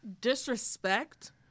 disrespect